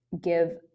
give